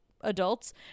adults